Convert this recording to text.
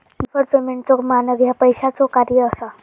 deferred पेमेंटचो मानक ह्या पैशाचो कार्य असा